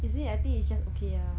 is it I think it's just okay ah